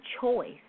choice